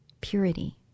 Purity